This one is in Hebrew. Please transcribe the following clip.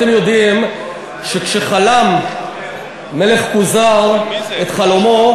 אתם יודעים שכשחלם מלך כוזר את חלומו,